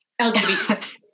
LGBT